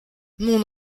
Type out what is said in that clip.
mon